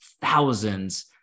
thousands